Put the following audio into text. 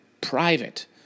private